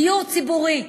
דיור ציבורי,